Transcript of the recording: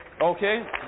okay